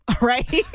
right